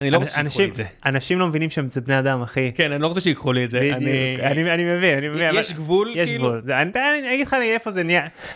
אנשים, אנשים לא מבינים שהם קצת בני אדם אחי. כן, הם לא רוצים שיקרו לי את זה. אני מבין, אני מבין, יש גבול יש גבול, ועדיין אני אגיד לך איפה זה נהיה...